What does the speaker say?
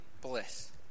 bliss